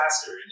faster